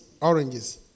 oranges